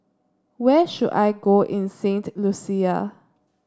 where should I go in Saint Lucia